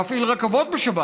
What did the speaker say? גם להפעיל רכבות בשבת.